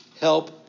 Help